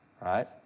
Right